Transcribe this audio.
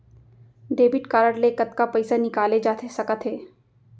Debit card ले कतका पइसा निकाले जाथे सकत हे?